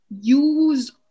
Use